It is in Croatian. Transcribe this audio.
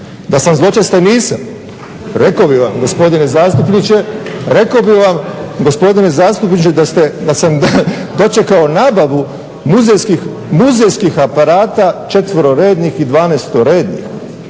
Da sam zločest, a nisam, rekao bih vam gospodine zastupniče da sam dočekao nabavu muzejskih aparata 4-rednih i 12-rednih,